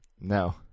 No